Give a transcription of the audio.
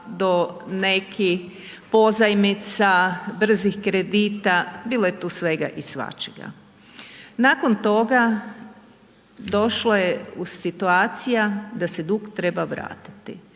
do nekih pozajmica, brzih kredita, bilo je tu svega i svačega. Nakon toga došla je situacija da se dug treba vratiti,